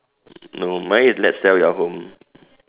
no mine is let's sell your home